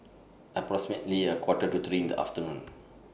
approximately A Quarter to three in The afternoon